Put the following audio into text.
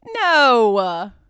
No